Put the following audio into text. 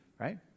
right